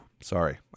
sorry